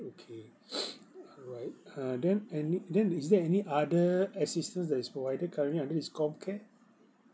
okay alright uh then any then is there any other assistance that is provided currently under this comcare